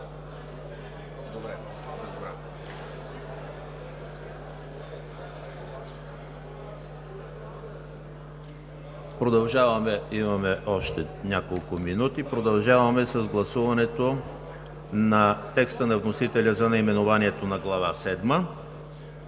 продължим с гласуването на текста на вносителя за наименованието на Глава